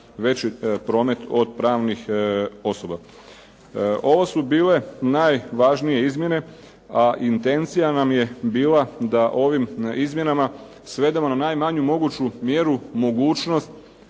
veći promet od pravnih osoba. Ovo su bile najvažnije izmjene, a intencija nam je bila da ovim izmjenama svedemo na najmanju moguću mjeru mogućnost